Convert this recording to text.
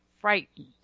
frightened